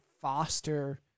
foster